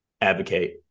Advocate